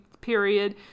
period